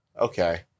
okay